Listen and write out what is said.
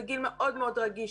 זה גיל מאוד מאוד רגיש,